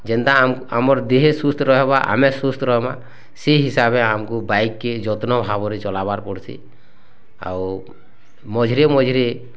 ଯେନ୍ତା ଆମ ଆମର୍ ଦେହ ସୁସ୍ଥ ରହବେ ଆମେ ସୁସ୍ଥ ରହମା ସେଇ ହିସାବେ ଆମକୁ ବାଇକ୍ କେ ଯତ୍ନ ଭାବରେ ଚଲାବାର୍ ପଡ଼ସି ଆଉ ମଝିରେ ମଝିରେ